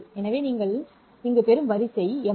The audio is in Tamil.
எனவே நீங்கள் இங்கு பெறும் வரிசை எம்